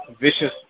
vicious